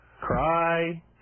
Cry